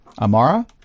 Amara